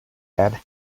had